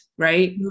Right